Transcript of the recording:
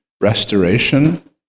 restoration